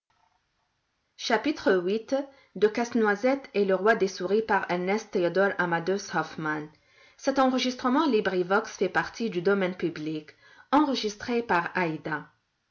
entre casse-noisette et le roi des souris